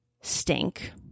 stink